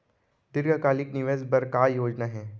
दीर्घकालिक निवेश बर का योजना हे?